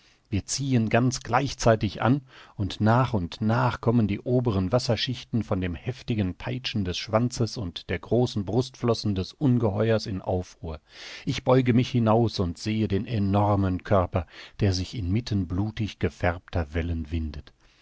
wir ziehen ganz gleichzeitig an und nach und nach kommen die oberen wasserschichten von dem heftigen peitschen des schwanzes und der großen brustflossen des ungeheuers in aufruhr ich beuge mich hinaus und sehe den enormen körper der sich inmitten blutig gefärbter wellen windet